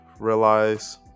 realize